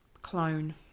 clone